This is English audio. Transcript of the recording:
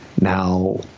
Now